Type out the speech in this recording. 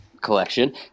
collection